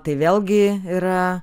tai vėlgi yra